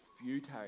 futile